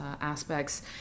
aspects